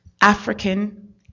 African